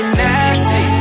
nasty